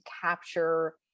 capture